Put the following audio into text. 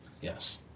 Yes